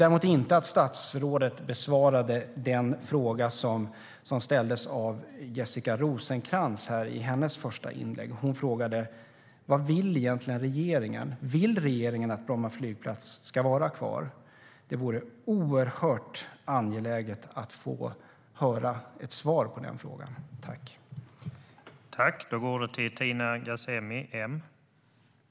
Däremot besvarade statsrådet inte den fråga Jessica Rosencrantz ställde i sitt första inlägg: Vad vill regeringen egentligen; vill regeringen att Bromma flygplats ska vara kvar? Det är mycket angeläget att få ett svar på denna fråga.